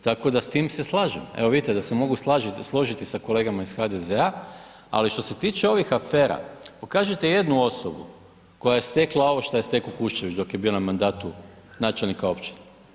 Tako da s tim se slažem, evo vidite da se mogu složiti sa kolegama iz HDZ-a, ali što se tiče ovih afera pokažite jednu osobu koja je stekla ovo što je steko Kuščević dok je bio na mandatu načelnika općine.